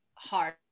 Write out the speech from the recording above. hard